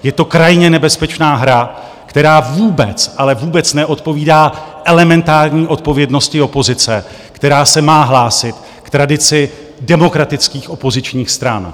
Je to krajně nebezpečná hra, která vůbec, ale vůbec neodpovídá elementární odpovědnosti opozice, která se má hlásit k tradici demokratických opozičních stran.